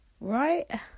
Right